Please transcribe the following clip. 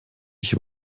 ich